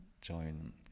join